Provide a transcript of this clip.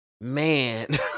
Man